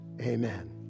Amen